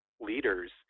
leaders